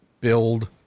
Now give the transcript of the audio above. build